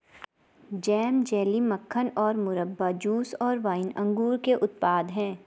jam, jelly, मक्खन और मुरब्बा, जूस और वाइन अंगूर के उत्पाद हैं